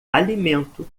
alimento